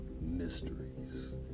Mysteries